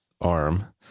arm